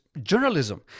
journalism